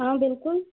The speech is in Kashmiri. آ بِلکُل